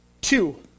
Two